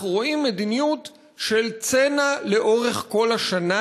אנחנו רואים מדיניות של צנע לאורך כל השנה,